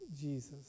Jesus